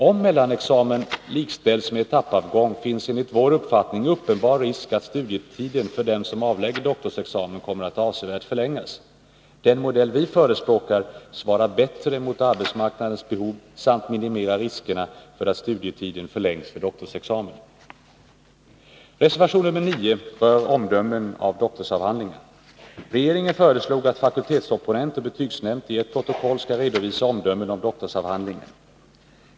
Om mellanexamen likställs med etappavgång finns enligt vår uppfattning uppenbar risk att studietiden för dem som avlägger doktorsexamen kommer att avsevärt förlängas. Den modell vi förespråkar svarar bättre mot arbetsmarknadens behov samt minimerar riskerna för att studietiden förlängs för doktorsexamen. Reservation 9 rör omdömen om doktorsavhandlingar. Regeringen föreslog att fakultetsopponent och betygsnämnd i ett protokoll skall redovisa omdömen om doktorsavhandlingen.